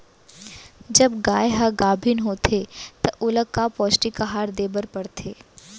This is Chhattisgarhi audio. जब गाय ह गाभिन होथे त ओला का पौष्टिक आहार दे बर पढ़थे?